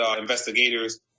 investigators